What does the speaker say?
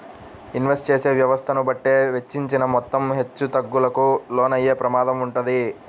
invest చేసే వ్యవస్థను బట్టే వెచ్చించిన మొత్తం హెచ్చుతగ్గులకు లోనయ్యే ప్రమాదం వుంటది